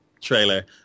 trailer